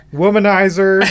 womanizer